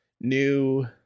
new